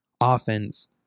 offense